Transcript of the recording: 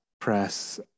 press